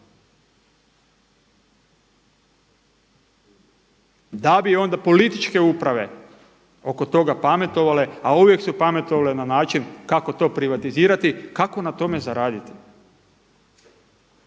da bi onda političke uprave oko toga pametovale, a uvijek su pametovale na način kako to privatizirati kako na tome zaraditi.